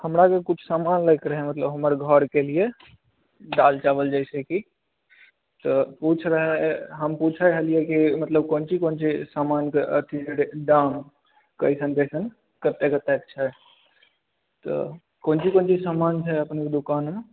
हमराके किछु समान लै के रहै मतलब हमर घरके लिए दालि चावल जैसे कि तऽ रहै हम पूछय हलियै कि किछु मतलब कोन ची कोन ची समानके अथी दाम कइसन कइसन कतेक कतेक छै तऽ कोन ची कोन ची समान छै अपनेके दोकानमे